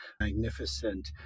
magnificent